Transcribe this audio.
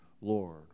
Lord